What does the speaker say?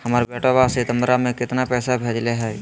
हमर बेटवा सितंबरा में कितना पैसवा भेजले हई?